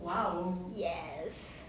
yes